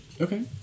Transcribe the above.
Okay